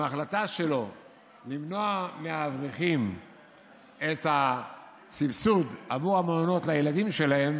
עם ההחלטה שלו למנוע מאברכים את הסבסוד עבור המעונות לילדים שלהם